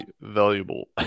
valuable